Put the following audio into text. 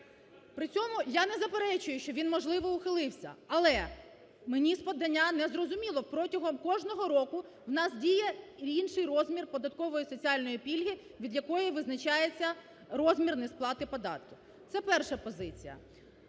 При цьому я не заперечую, що він можливо ухилився, але мені з подання незрозуміло, протягом кожного року у нас діє інший розмір податкової соціальної пільги, від якої визначається розмір несплати податків. Це перша позиція.